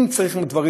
אם צריך לחדד דברים,